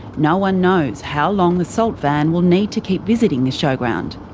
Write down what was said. no one knows how long the salt van will need to keep visiting the showground.